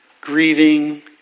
grieving